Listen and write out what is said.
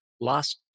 Lost